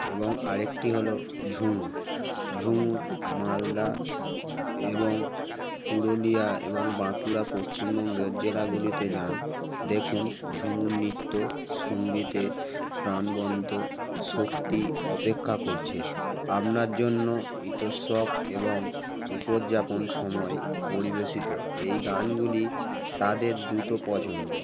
এবং আরেকটি হলো ঝুমুর ঝুমুর মালদা এবং পুরুলিয়া এবং বাঁকুড়া পশ্চিমবঙ্গের জেলাগুলিতে যান দেখুন ঝুমুর নৃত্য সংগীতে প্রাণবন্ত শক্তি অপেক্ষা করছে আপনার জন্য এই তো সব এবং উদযাপন সময় পরিবেশিত এই গানগুলি তাদের দ্রুত পছন্দ